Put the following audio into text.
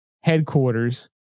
headquarters